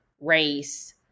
race